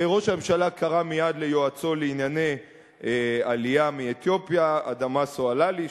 ראש הממשלה קרא מייד ליועצו לענייני עלייה מאתיופיה אדמסו אללי,